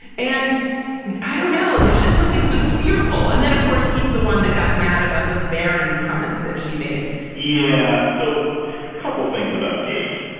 and i don't know, there's just something so fearful. and then, of course, he's the one that got mad about this barren punt and that she made yeah. so couple things about gates.